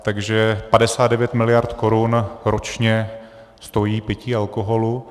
Takže 59 miliard korun ročně stojí pití alkoholu.